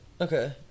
Okay